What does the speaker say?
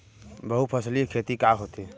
बहुफसली खेती का होथे?